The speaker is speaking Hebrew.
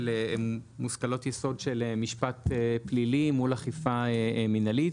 מושכלות יסוד של משפט פלילי מול אכיפה מנהלית,